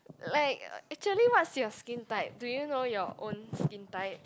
like actually what's your skin type do you know your own skin type